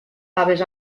faves